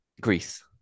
Greece